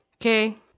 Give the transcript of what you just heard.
okay